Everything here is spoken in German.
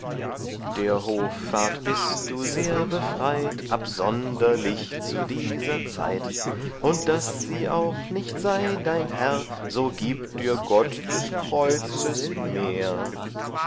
der hoffart bist du sehr befreit absonderlich zu dieser zeit und daß sie auch nicht sei dein herr so gibt dir gott des kreuzes mehr